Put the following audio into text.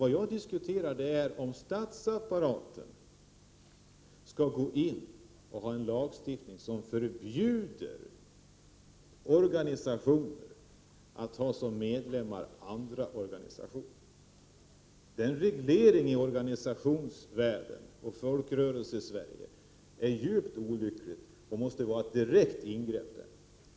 Vad jag diskuterar är om statsapparaten skall gå in med en lagstiftning, som förbjuder organisationer att ha andra organisationer som medlemmar. En sådan reglering av organisationsvärlden och Folkrörelsesverige är djupt olycklig och måste uppfattas som ett direkt ingrepp.